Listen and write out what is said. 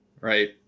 right